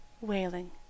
wailing